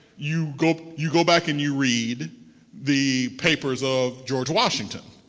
you go you go back and you read the papers of george washington.